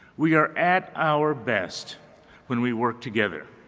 we are at our best when we work together.